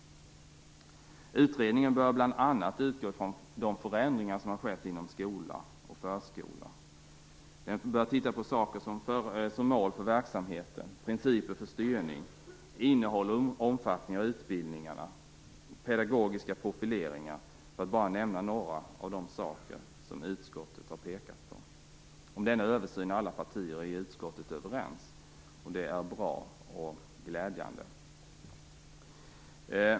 Utredningen bör bl.a. utgå från de förändringar som har skett inom skola och förskola. Den bör titta på saker som mål för verksamheten, principer för styrning, innehåll och omfattning av utbildningarna och pedagogiska profileringar, för att bara nämna några av de skäl som utskottet har pekat på. Om denna översyn är alla partier i utskottet överens. Det är bra och glädjande.